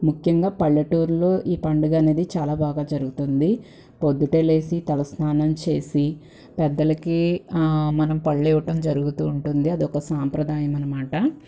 ముఖ్యంగా పల్లెటూర్లో ఈ పండగనేది చాలా బాగా జరుగుతుంది పొద్దుటే లేసి తలస్నానం చేసి పెద్దలకి మనం పళ్ళివ్వటం జరుగుతూ ఉంటుంది అదొక సాంప్రదాయమనమాట